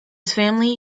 family